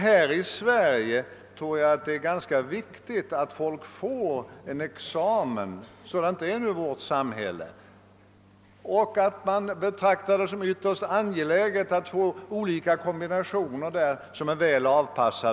Här i Sverige är det ganska viktigt att folk får en examen — sådant är nu vårt samhälle — och att man betraktar det som ytterst angeläget att få fram olika kombinationer som är väl anpassade.